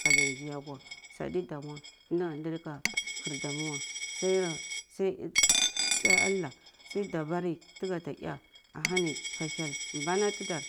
Ka zi nzi. akwa sadi damu nta da da kir damu weh sai sai allah sai dabari taga ta ga ta eh ahani ka hyel bana tidar